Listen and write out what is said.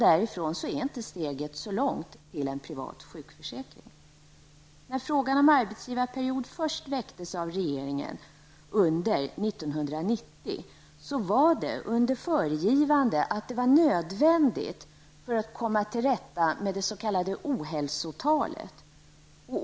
Därifrån är steget inte långt till en privat sjukförsäkring. När frågan om arbetsgivarperiod först väcktes av regeringen under 1990 var det under föregivande att det var nödvändigt för att komma till rätta med det s.k. ohälsotalet.